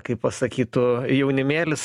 kaip pasakytų jaunimėlis